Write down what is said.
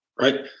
right